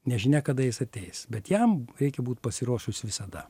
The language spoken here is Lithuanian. nežinia kada jis ateis bet jam reikia būt pasiruošus visada